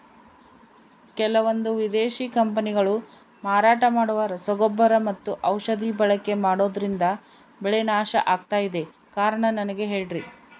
ಕೆಲವಂದು ವಿದೇಶಿ ಕಂಪನಿಗಳು ಮಾರಾಟ ಮಾಡುವ ರಸಗೊಬ್ಬರ ಮತ್ತು ಔಷಧಿ ಬಳಕೆ ಮಾಡೋದ್ರಿಂದ ಬೆಳೆ ನಾಶ ಆಗ್ತಾಇದೆ? ಕಾರಣ ನನಗೆ ಹೇಳ್ರಿ?